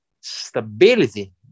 stability